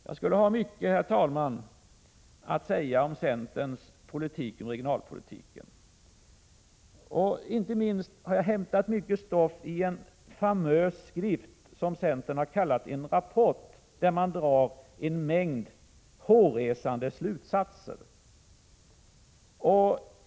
Jag skulle, herr talman, ha mycket mer att säga om centerns regionalpolitik. Inte minst har jag hämtat mycket stoff ur en famös skrift, som centern har kallat en rapport. I den drar man en mängd hårresande slutsatser.